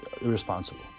irresponsible